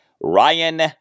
Ryan